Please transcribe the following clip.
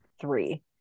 three